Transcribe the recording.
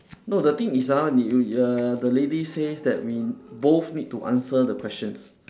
no the thing is ah did you uh the lady says that we both need to answer the questions